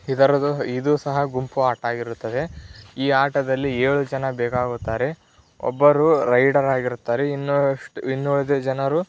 ಇದರದು ಇದೂ ಸಹ ಗುಂಪು ಆಟ ಆಗಿರುತ್ತದೆ ಈ ಆಟದಲ್ಲಿ ಏಳು ಜನ ಬೇಕಾಗುತ್ತಾರೆ ಒಬ್ಬರು ರೈಡರ್ ಆಗಿರುತ್ತಾರೆ ಇನ್ನವ್ರಷ್ಟು ಇನ್ನುಳಿದ ಜನರು